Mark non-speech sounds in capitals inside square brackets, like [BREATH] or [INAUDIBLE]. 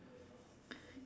[BREATH]